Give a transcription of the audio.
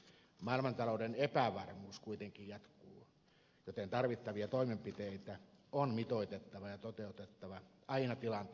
maailmantalouden epävarmuus kuitenkin jatkuu joten tarvittavia toimenpiteitä on mitoitettava ja toteutettava aina tilanteen mukaan